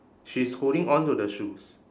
she's holding on to the shoes